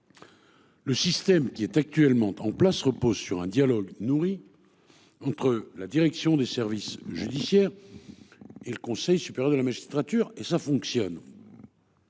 Le système qui est actuellement en place repose sur un dialogue nourri. Entre la direction des services judiciaires. Et le Conseil supérieur de la magistrature et ça fonctionne.